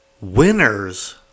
winners